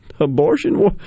abortion